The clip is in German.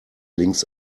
links